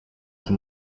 czy